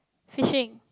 fishing